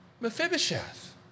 Mephibosheth